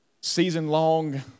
season-long